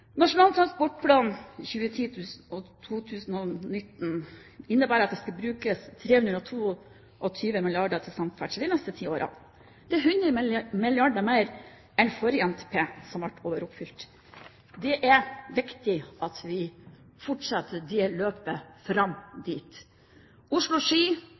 Nasjonal transportplan 2010–2019 innebærer at det skal brukes 322 milliarder kr til samferdsel de neste ti årene. Det er 100 milliarder kr mer enn forrige NTP, som ble overoppfylt. Det er viktig at vi fortsetter det løpet fram